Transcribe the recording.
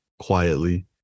quietly